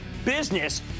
Business